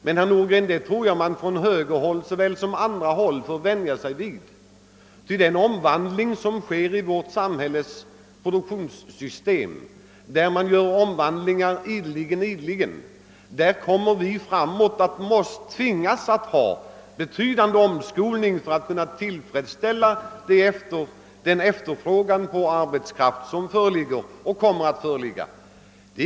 Men man får nog på högerhåll vänja sig vid tanken att den omvandling som nu pågår i produktionen i vårt samhälle — det förekommer ju omstruktureringar ideligen — gör det nödvändigt att framdeles ha en betydande omskolningsverksamhet i gång för att tillfredsställa den efterfrågan på utbildad arbetskraft som kommer att förefinnas.